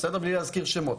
בלי להזכיר שמות.